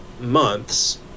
months